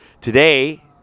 Today